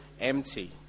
empty